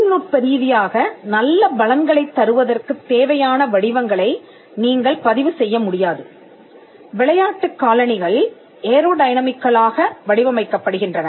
தொழில்நுட்ப ரீதியாக நல்ல பலன்களைத் தருவதற்குத் தேவையான வடிவங்களை நீங்கள் பதிவு செய்ய முடியாது விளையாட்டு காலணிகள் ஏரோ டைனமிக்கலாக வடிவமைக்கப்படுகின்றன